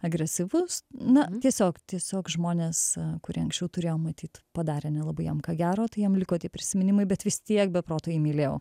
agresyvus na tiesiog tiesiog žmonės kurie anksčiau turėjo matyt padarė nelabai jam ką gero tai jam liko tie prisiminimai bet vis tiek be proto jį mylėjau